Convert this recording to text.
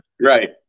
Right